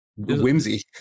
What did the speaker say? whimsy